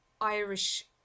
Irish